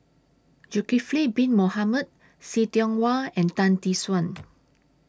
Zulkifli Bin Mohamed See Tiong Wah and Tan Tee Suan